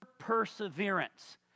Perseverance